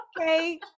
Okay